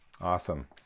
Awesome